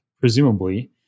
presumably